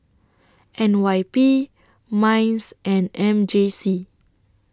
N Y P Minds and M J C